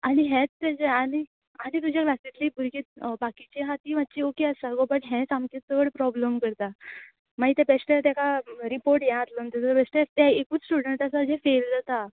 आनी हेंच ताजें आनी आनी तुज्या क्लासीतलीं भुरगीं बाकीचीं आसा तीं मात्शीं ओके आसा गो बट हें सामकें चड प्रॉब्लम करता मागीर तें बेश्टें ताका रिपोट हे जातलो न्हू तेजो बेश्टेंच तें एकूच स्टुडंट आसा जें फेल जाता